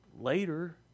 later